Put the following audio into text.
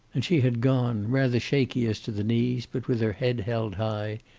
and she had gone, rather shaky as to the knees, but with her head held high,